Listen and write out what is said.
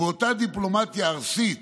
באותה דיפלומטיה ארסית